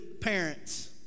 parents